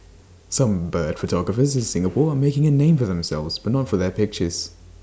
some bird photographers in Singapore are making A name for themselves but not for their pictures